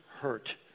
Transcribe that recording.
hurt